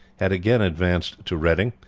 had again advanced to reading,